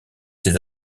ces